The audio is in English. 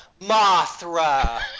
Mothra